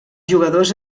jugadors